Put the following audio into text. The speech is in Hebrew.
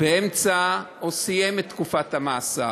באמצע או סיים את תקופת המאסר,